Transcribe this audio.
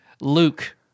Luke